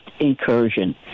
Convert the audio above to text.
incursion